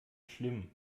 schlimm